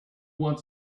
want